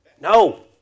No